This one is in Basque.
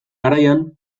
garaian